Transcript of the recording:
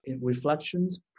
reflections